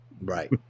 right